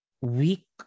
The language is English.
weak